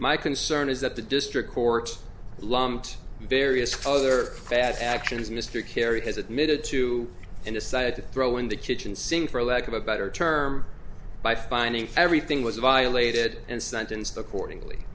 my concern is that the district court lumped the various other bad actions mr kerry has admitted to and decided to throw in the kitchen sink for lack of a better term by finding everything was violated and sentenced accordingly